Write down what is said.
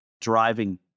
driving